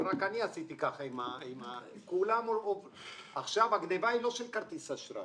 ורק אני עשיתי ככה - עכשיו הגניבה היא לא של כרטיס אשראי,